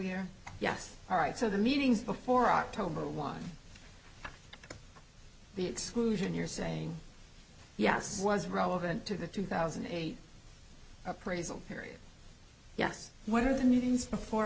year yes all right so the meetings before october one the exclusion you're saying yes was relevant to the two thousand and eight appraisal period yes what are the new things before